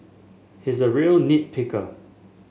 he is a real nit picker